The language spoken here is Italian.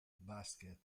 basket